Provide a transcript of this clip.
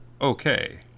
okay